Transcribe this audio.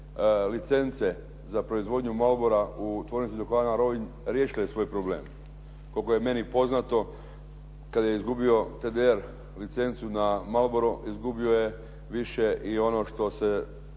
licence za proizvodnju Malbora u tvornici duhana “Rovinj“ riješile svoj problem. Koliko je meni poznato kada je izgubio TDR licencu na Malboro izgubio je više i ono što se